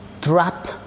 trap